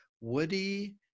Woody